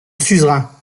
suzerain